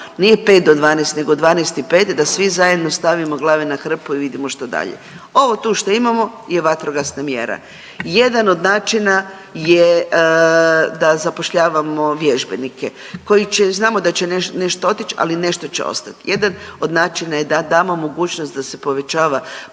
nije 5 do 12 nego 12 i 5 da svi zajedno stavimo glave na hrpu i vidimo što dalje. Ovo tu što imamo je vatrogasna mjera. Jedan od načina je da zapošljavamo vježbenike koji će, znamo da će nešto otići ali nešto će ostat. Jedan od načina je da damo mogućnost da se povećava